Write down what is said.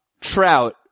Trout